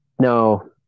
No